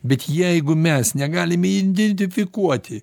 bet jeigu mes negalime identifikuoti